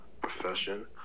profession